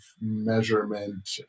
measurement